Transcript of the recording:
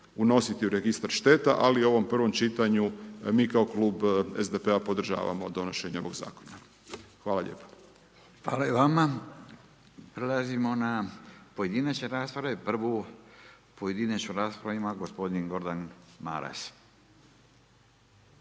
unositi u Registar šteta ali u prvom čitanju mi kao klub SDP-a podržavamo donošenje ovog zakona. Hvala lijepo. **Radin, Furio (Nezavisni)** Hvala i vama. Prelazimo na pojedinačne rasprave, prvu pojedinačnu rasprava ima gospodin Gordan Maras.